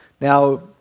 Now